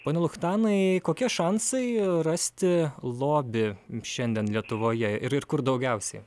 pone luchtanai kokie šansai rasti lobį šiandien lietuvoje ir ir kur daugiausiai